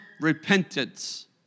repentance